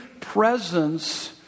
presence